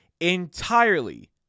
entirely